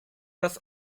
das